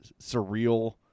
surreal